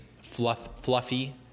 fluffy